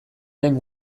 den